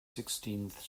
sixteenth